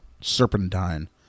Serpentine